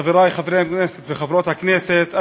חברי חברי הכנסת וחברות הכנסת,